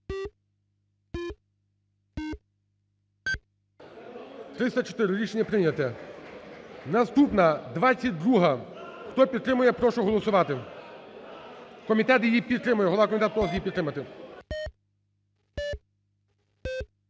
За-304 Рішення прийнято. Наступна 22-а. Хто підтримує, я прошу голосувати. Комітет її підтримує, голова комітету просить її підтримати.